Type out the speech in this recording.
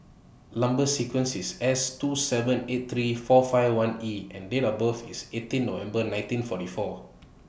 Number sequence IS S two seven eight three four five one E and Date of birth IS eighteen November nineteen forty four